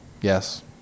Yes